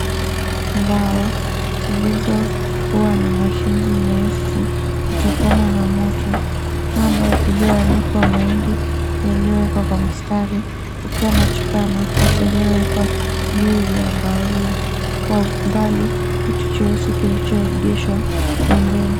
Mbao zilizokuwa za mashinji meusi kutokana na moto, kamba iliyoandikwa mahindi yaliyowekwa kwa mstari kukiwa chupa ya mafuta iliyowekwa juu ya mbao hiyo, kwa umbali kitu cheusi kilichoegeshwa pembeni.